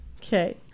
Okay